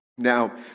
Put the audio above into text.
Now